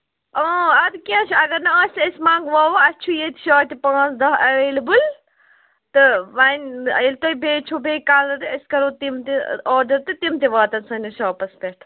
اَدٕ کیٚنٛہہ چھُ اگر نہٕ آسہِ أسۍ منٛگناوو اَسہِ چھُ ییٚتہِ شارٹہِ پانٛژھ دَہ ایٚویلیبُل تہٕ وۅنۍ ییٚلہِ تۄہہِ بیٚیہِ چھُو بیٚیہِ کَلرٕ أسۍ کَرو تِم تہِ آرڈر تہٕ تِم تہِ واتَن سٲنِس شاپَس پٮ۪ٹھ